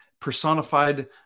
personified